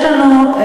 יש לנו,